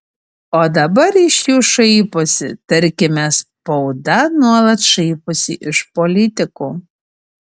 o dabar iš jų šaiposi tarkime spauda nuolat šaiposi iš politikų